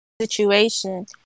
situation